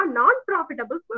non-profitable